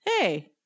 hey